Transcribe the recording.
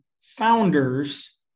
founders